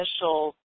initial